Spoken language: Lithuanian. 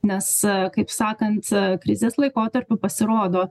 nes kaip sakant krizės laikotarpiu pasirodo